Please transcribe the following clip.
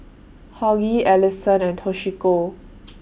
Hughie Allison and Toshiko